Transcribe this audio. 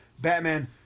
Batman